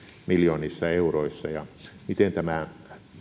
miljoonissa euroissa miten tämä